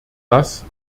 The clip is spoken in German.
das